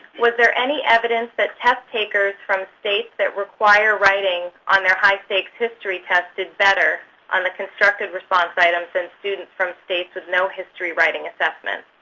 was there any evidence that test takers from states that require writing on their high-stakes history test did better on the constructive response items than students from states with no history writing assessment?